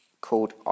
called